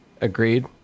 Agreed